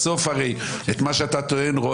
בסוף מה שאתה טוען,